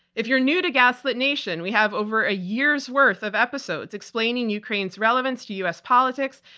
if you're new to gaslit nation, we have over a year's worth of episodes explaining ukraine's relevance to u. s. politics,